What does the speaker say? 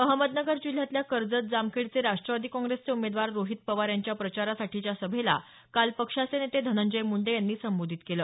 अहमदनगर जिल्ह्यातल्या कर्जत जामखेडचे राष्ट्रवादी काँग्रेसचे उमेदवार रोहीत पवार यांच्या प्रचारासाठीच्या सभेला काल पक्षाचे नेते धनंजय म्ंडे यांनी संबोधित केलं